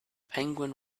penguin